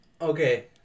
okay